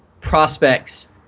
prospects